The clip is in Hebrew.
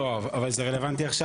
לא, אבל זה רלוונטי עכשיו.